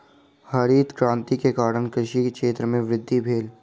हरित क्रांति के कारण कृषि क्षेत्र में वृद्धि भेल